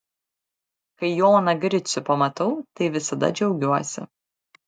kai joną gricių pamatau tai visada džiaugiuosi